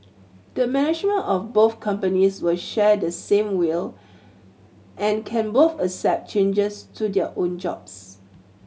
the management of both companies will share the same will and can both accept changes to their own jobs